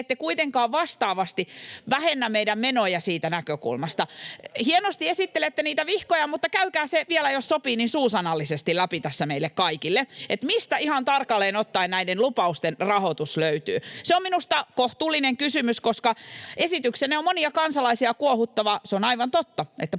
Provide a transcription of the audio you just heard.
ette kuitenkaan vastaavasti vähennä meidän menoja siitä näkökulmasta. [Ville Tavio: Se on täällä näin!] — Hienosti esittelette niitä vihkoja, mutta käykää vielä, jos sopii, suusanallisesti läpi tässä meille kaikille, mistä ihan tarkalleen ottaen näiden lupausten rahoitus löytyy. Se on minusta kohtuullinen kysymys, koska esityksenne on monia kansalaisia kuohuttava. Se on aivan totta,